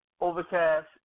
Overcast